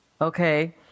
Okay